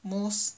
most